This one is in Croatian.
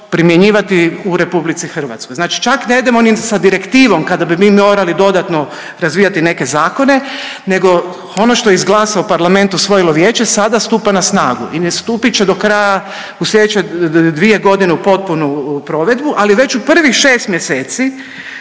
primjenjivati u RH, znači čak ne idemo ni sa direktivom kada bi mi morali dodatno razvijati neke zakone nego ono što je izglasalo Parlament, usvojilo Vijeće sada stupa na snagu i nastupit će do kraja, u sljedeće dvije godine potpuno u provedbu, ali već u prvih 6 mjeseci